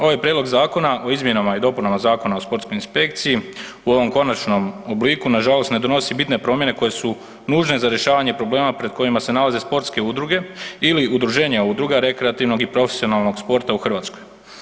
Ovaj Prijedlog zakona o izmjenama i dopunama Zakona o sportskoj inspekciji u ovom konačnom obliku, nažalost ne donosi bitne promjene koje su nužne za rješavanje problema pred kojima se nalaze sportske udruge ili udružena udruga rekreativnog i profesionalnog sporta u Hrvatskoj.